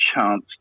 chance